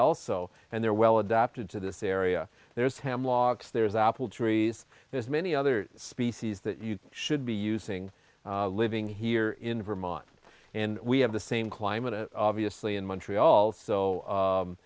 also and they're well adapted to this area there's hemlocks there's apple trees there's many other species that you should be using living here in vermont and we have the same climate obviously in montreal so